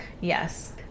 Yes